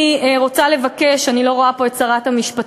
אני רוצה לבקש, אני לא רואה פה את שרת המשפטים,